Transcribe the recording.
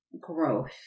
growth